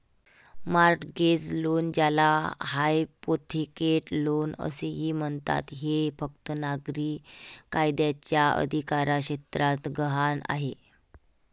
mortgage loan, ज्याला hypothecate loan असेही म्हणतात, हे फक्त नागरी कायद्याच्या अधिकारक्षेत्रात गहाण आहे